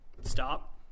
stop